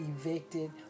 evicted